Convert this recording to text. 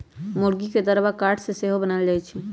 मूर्गी के दरबा काठ से सेहो बनाएल जाए छै